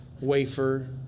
wafer